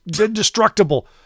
indestructible